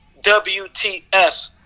WTS